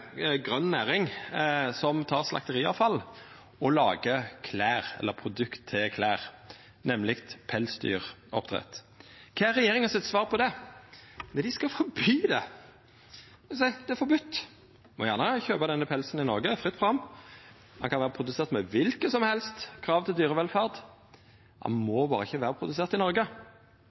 grøn næring som tek slakteriavfall og lagar produkt til klede, nemleg pelsdyroppdrett. Kva er regjeringa sitt svar på det? Jo, dei skal forby det. Ein seier: Det er forbode! Ein må gjerne kjøpa pels i Noreg – fritt fram. Han kan vera produsert med kva slags krav som helst til dyrevelferd, men han må berre ikkje vera produsert i Noreg.